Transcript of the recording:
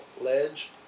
ledge